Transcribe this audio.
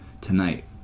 tonight